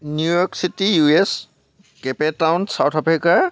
New York city U S Cape Town South Africa